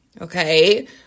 okay